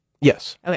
Yes